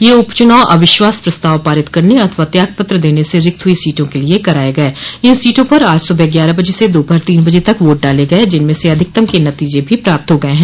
ये उपचुनाव अविश्वास प्रस्ताव पारित करने अथवा त्यागपत्र देने से रिक्त हुई सीटों के लिए कराये गये इन सीटों पर आज सुबह ग्यारह बजे से दोपहर तीन बजे तक वोट डाले गये जिनमें से अधिकतम के नतीजे भी प्राप्त हो गये हैं